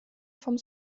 vom